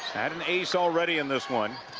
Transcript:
and an ace already on this one.